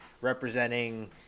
representing